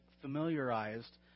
familiarized